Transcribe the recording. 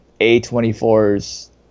A24's